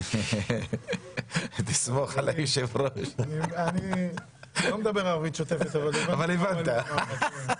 אפילו על החלטת ועדת הכנסת